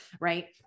right